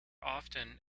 often